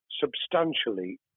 substantially